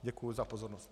Děkuji za pozornost.